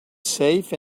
safe